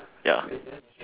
ya